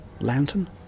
lantern